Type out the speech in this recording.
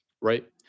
right